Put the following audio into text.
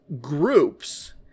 groups